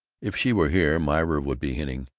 if she were here myra would be hinting,